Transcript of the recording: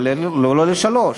ולא לשלוש.